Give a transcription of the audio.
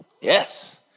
Yes